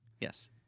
Yes